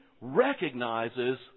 recognizes